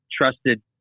trusted